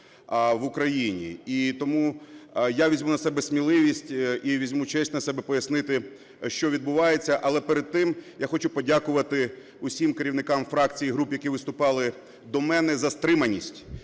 в Україні. І тому я візьму на себе сміливість і візьму честь на себе пояснити що відбувається, але перед тим я хочу подякувати усім керівникам фракцій і груп, які виступали до мене, за стриманість